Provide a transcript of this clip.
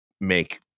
make